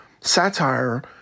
satire